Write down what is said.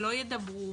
שלא ידברו